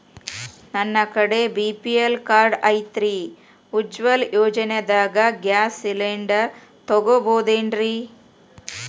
ನನ್ನ ಕಡೆ BPL card ಐತ್ರಿ, ಉಜ್ವಲಾ ಯೋಜನೆದಾಗ ಗ್ಯಾಸ್ ಸಿಲಿಂಡರ್ ತೊಗೋಬಹುದೇನ್ರಿ?